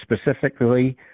specifically